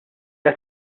qed